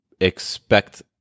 expect